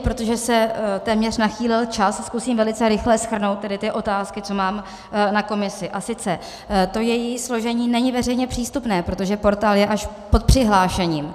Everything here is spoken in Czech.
Protože se téměř nachýlil čas, zkusím velice rychle shrnout tedy ty otázky, co mám na komisi, a sice: To její složení není veřejně přístupné, protože portál je až pod přihlášením.